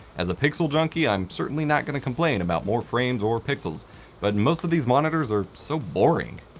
as a pixel junkie, i'm certainly not going to complain about more frames or pixels but most of these monitors are so boring.